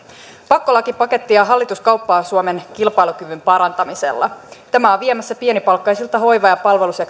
pakkolakipakettia hallitus kauppaa suomen kilpailukyvyn parantamisella tämä on viemässä pienipalkkaisilta hoiva ja